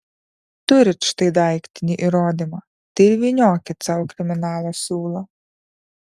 turit štai daiktinį įrodymą tai ir vyniokit sau kriminalo siūlą